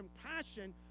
compassion